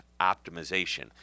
optimization